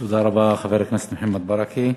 תודה רבה, חבר הכנסת מוחמד ברכה.